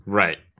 right